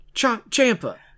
Champa